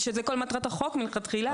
שזה כל מטרת החוק מלכתחילה.